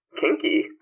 Kinky